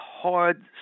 hard